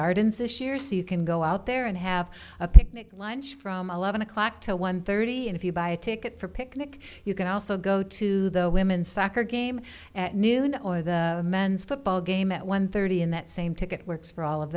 gardens this year so you can go out there and have a picnic lunch from eleven o'clock to one thirty and if you buy a ticket for picnic you can also go to the women's soccer game at noon or the men's football game at one thirty in that same ticket works for all of